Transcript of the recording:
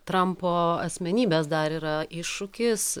trampo asmenybės dar yra iššūkis